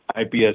IPS